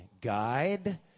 Guide